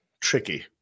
tricky